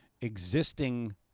existing